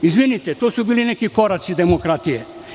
Izvinite, to su bili neki koraci demokratije.